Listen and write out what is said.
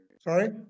Sorry